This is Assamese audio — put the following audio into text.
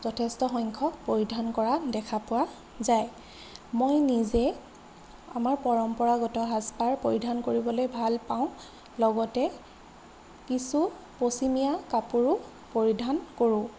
যথেষ্ট সংখ্যক পৰিধান কৰা দেখা পোৱা যায় মই নিজে আমাৰ পৰম্পৰাগত সাজপাৰ পৰিধান কৰিবলৈ ভাল পাওঁ লগতে কিছু পশ্চিমীয়া কাপোৰো পৰিধান কৰোঁ